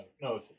No